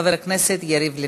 חבר הכנסת יריב לוין.